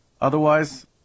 Otherwise